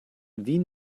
wie